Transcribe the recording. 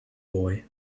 boy